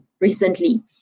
recently